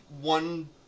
one